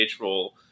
role